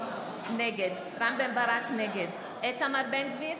נגד איתמר בן גביר,